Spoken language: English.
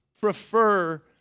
prefer